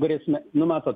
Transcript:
grėsmę nu matot